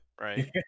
Right